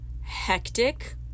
hectic